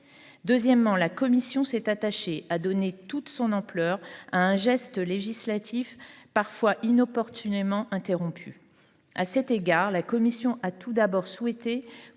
Deuxièmement, la commission s’est attachée à donner toute son ampleur à un geste législatif parfois inopportunément interrompu. À cet égard, la commission a tout d’abord souhaité